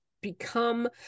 become